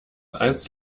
als